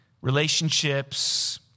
Relationships